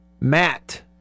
Matt